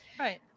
Right